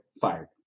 fired